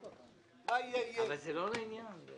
מיקי זוהר, מה אכפת לי מהעניין הזה?